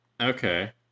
Okay